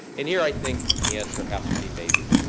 and here, i think the answer has to be maybe.